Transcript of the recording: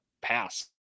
pass